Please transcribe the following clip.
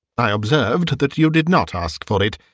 i observed that you did not ask for it,